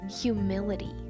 humility